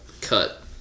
Cut